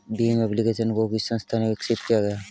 Bhim application को किस संस्था ने विकसित किया है?